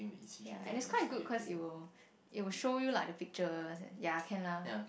ya and is quite good cause it will it will show you like the pictures ya can lah